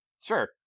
Sure